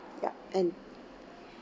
ya and